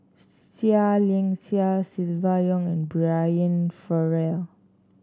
Seah Liang Seah Silvia Yong and Brian Farrell